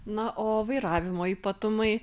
na o vairavimo ypatumai